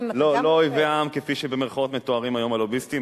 כפי שבמירכאות מתוארים היום הלוביסטים,